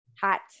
Hot